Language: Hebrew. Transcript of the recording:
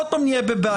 עוד פעם נהיה בבעיה.